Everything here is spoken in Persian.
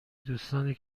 دوستانی